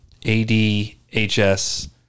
ADHS